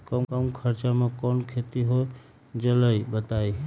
कम खर्च म कौन खेती हो जलई बताई?